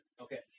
okay